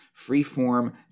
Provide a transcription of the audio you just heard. Freeform